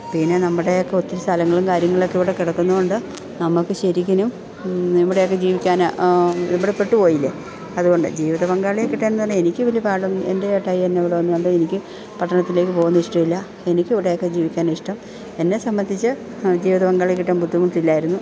പിന്നെ നമ്മുടെയൊക്കെ ഒത്തിരി സ്ഥലങ്ങളും കാര്യങ്ങളൊക്കെ ഇവിടെ കിടക്കുന്ന കൊണ്ട് നമ്മൾക്ക് ശരിക്കിനും ഇവിടെയൊക്കെ ജീവിക്കാൻ ഇവിടെ പെട്ടു പോയില്ലേ അതുകൊണ്ട് ജീവിത പങ്കാളിയെ കിട്ടാനെന്ന് പറഞ്ഞാൽ എനിക്ക് വലിയ പാടൊന്നും എൻ്റെ ഏട്ടായി എന്നെ ഇവിടെ നിന്ന് കണ്ടു എനിക്ക് പട്ടണത്തിലേക്ക് പോകുന്ന ഇഷ്ട്ടം ഇല്ല എനിക്ക് ഇവിടെയൊക്കെ ജീവിക്കാനാണ് ഇഷ്ടം എന്നെ സംബന്ധിച്ചു ജീവിത പങ്കാളിയെ കിട്ടാൻ ബുദ്ധിമുട്ടില്ലായിരുന്നു